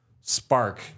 spark